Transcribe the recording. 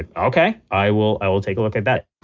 and okay. i will i will take a look at that.